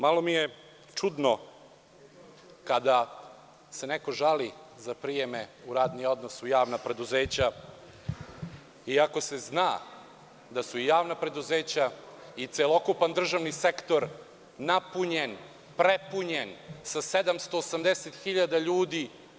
Malo mi je čudno kada se neko žali za prijeme u radni odnos u javna preduzeća, iako se zna da su i javna preduzeća i celokupan državni sektor napunjeni, prepunjeni sa 780 hiljada ljudi.